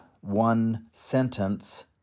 one-sentence